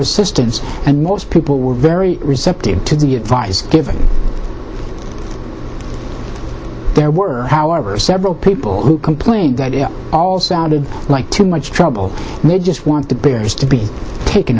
assistance and most people were very receptive to the advice given there were however several people who complained that it all sounded like too much trouble and they just want the bears to be taken